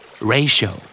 Ratio